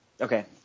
Okay